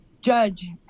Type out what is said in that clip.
judge